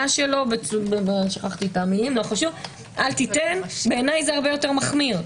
שלו אל תיתן בעיניי זה הרבה יותר מחמיר.